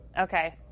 Okay